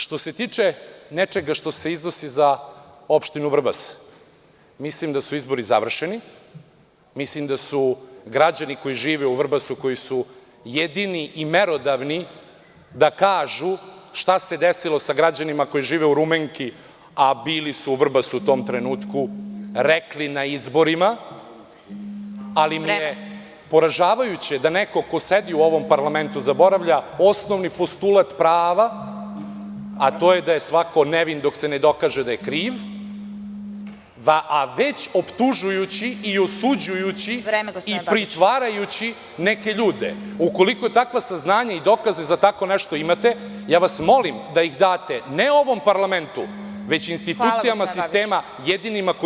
Što se tiče nečega što se iznosi za opštinu Vrbas, mislim da su izbori završeni i građani koji žive u Vrbasu a koji su jedini i merodavni da kažu šta se desilo sa građanima koji žive u Rumenki, a bili su u Vrbasu u tom trenutku, rekli na izbori, ali mi je poražavajuće da neko ko sedi u ovom parlamentu zaboravlja osnovni postulat prava, a to je da je svako nevin dok se ne dokaže da je kriv, a već optužujući i osuđujući i pritvarajući neke ljude… (Predsedavajuća: Vreme, gospodine Babiću.) Ukoliko takva saznanja i dokaze za tako nešto imate, ja vas molim da ih date, ne ovom parlamentu, već institucijama sistema, jedinima koje…